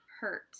hurt